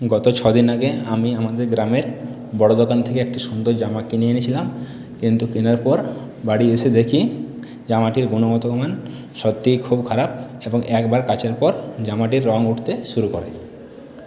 গত ছ দিন আগে আমি আমাদের গ্রামের বড়ো দোকান থেকে একটি সুন্দর জামা কিনে এনেছিলাম কিন্তু কেনার পর বাড়ি এসে দেখি জামাটির গুণগত মান সত্যিই খুব খারাপ এবং একবার কাচার পর জামাটির রঙ উঠতে শুরু করে